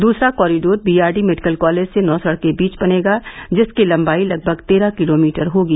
दूसरा corridor BRD medical college से नौसढ़ के बीच बनेगा जिसकी लंबाई लगभग तेरह किलोमीटर होगी